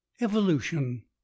evolution